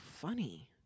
funny